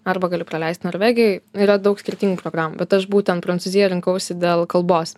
arba gali praleist norvegijoj yra daug skirtingų programų bet aš būtent prancūziją rinkausi dėl kalbos